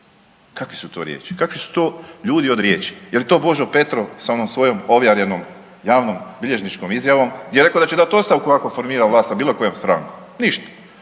Kakve su to riječi, kakvi su to ljudi od riječi? Je li to Božo Petrov sa onom svojom .../Govornik se ne razumije./... javnom bilježničkom izjavom gdje je rekao da će dati ostavku ako formira vlast sa bilo kojom strankom? Ništa.